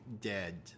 dead